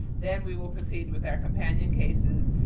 then we will proceed with our companion cases,